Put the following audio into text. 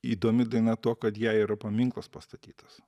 įdomi daina tuo kad jai yra paminklas pastatytas